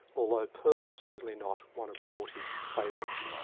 although purse is certainly not one of rorty's favourites.